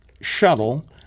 shuttle